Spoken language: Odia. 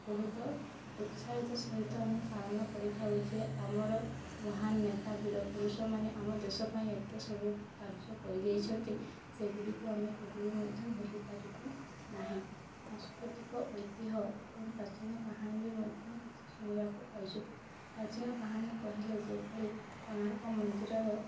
ବହୁତ ଉତ୍ସାହିତ ସହିତ ଆମେ ପାଳନ କରିଥାଉ ଯେ ଆମର ମହାନ୍ ନେତା ବୀର ପୁରୁଷ ମାନେ ଆମ ଦେଶ ପାଇଁ ଏତେ ସବୁ କାର୍ଯ୍ୟ କରି ଯାଇଛନ୍ତି ସେଗୁଡ଼ିକୁ ଆମେ କେବେବି ମଧ୍ୟ ଭୁଲି ପାରିବୁ ନାହିଁ ସାଂସ୍କୃତିକ ଐତିହ ଏବଂ ପ୍ରାଚୀନ କାହାଣୀ ବି ମଧ୍ୟ କିଛି ଶୁଣିବାକୁ ପାଇଛୁ ପ୍ରାଚୀନ କାହାଣୀ କହିଲେ ଯେଭଳି କୋଣାର୍କ ମନ୍ଦିର ର